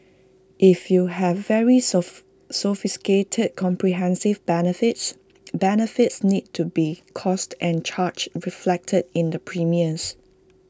if you have very sophisticated comprehensive benefits benefits need to be costed and charged reflected in the premiums